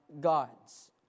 God's